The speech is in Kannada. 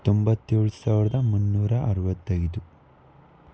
ತೊಂಬತ್ತೇಳು ಸಾವಿರದ ಮುನ್ನೂರ ಅರುವತ್ತೈದು